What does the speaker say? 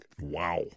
wow